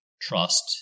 trust